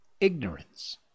ignorance